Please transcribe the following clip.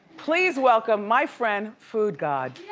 please, welcome my friend foodgod.